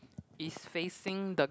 is facing the